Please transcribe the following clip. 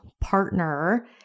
partner